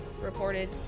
reported